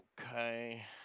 Okay